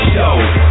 Show